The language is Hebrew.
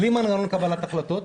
בלי מנגנון קבלת החלטות,